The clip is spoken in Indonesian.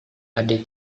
adik